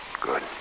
Good